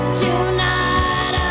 tonight